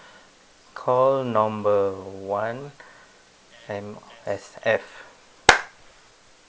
call number one M_S_F